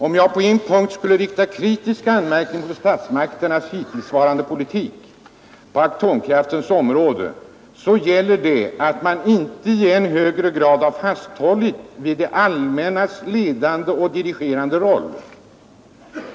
——— Om jag på en punkt skulle rikta en kritisk anmärkning mot statsmakternas hittillsvarande politik på atomkraftsområdet, så gäller det att man inte i än högre grad har fasthållit vid det allmännas ledande och dirigerande roll.